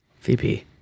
VP